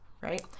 right